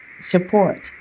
support